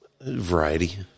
Variety